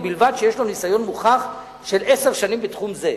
ובלבד שיש לו ניסיון מוכח של עשר שנים בתחום זה,